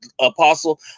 apostle